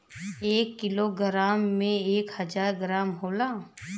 एक kilogram में एक हजार ग्राम होला